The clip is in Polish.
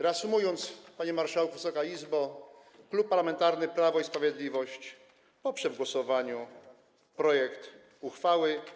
Reasumując, panie marszałku, Wysoka Izbo, Klub Parlamentarny Prawo i Sprawiedliwość poprze w głosowaniu projekt uchwały.